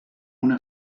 una